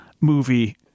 movie